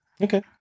Okay